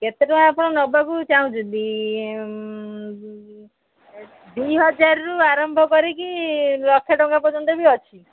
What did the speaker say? କେତେ ଟଙ୍କା ଆପଣ ନେବାକୁ ଚାହୁଁଚନ୍ତି ଦୁଇ ହଜାରରୁ ଆରମ୍ଭ କରିକି ଲକ୍ଷେ ଟଙ୍କା ପର୍ଯ୍ୟନ୍ତ ବି ଅଛି